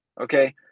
Okay